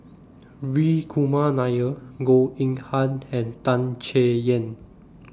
Hri Kumar Nair Goh Eng Han and Tan Chay Yan